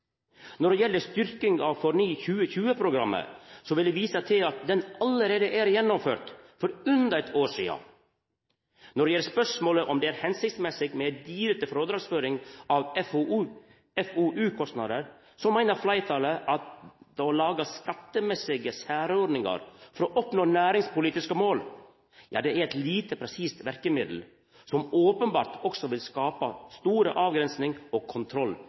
vil eg visa til at det allereie er gjennomført, for under eit år sidan. Når det gjeld spørsmålet om det er hensiktsmessig med ei direkte frådragsføring av FoU-kostnader, meiner fleirtalet at å laga skattemessige særordningar for å oppnå næringspolitiske mål er eit lite presist verkemiddel, som openbert også vil skapa store avgrensings- og